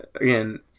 Again